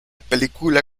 película